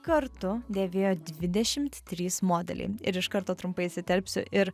kartu dėvėjo dvidešimt trys modeliai ir iš karto trumpai įsiterpsiu ir